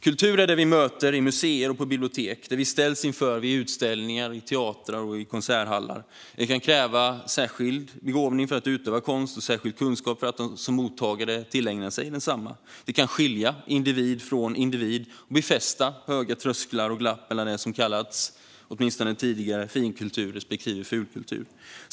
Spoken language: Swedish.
Kultur är det vi möter på museer och på bibliotek, det vi ställs inför vid utställningar, på teatrar och i konserthallar. Det kan krävas särskild begåvning för att utöva konst och särskild kunskap för att som mottagare tillägna sig densamma. Det kan skilja individ från individ och befästa höga trösklar och glapp mellan det som åtminstone tidigare har kallats finkultur respektive fulkultur.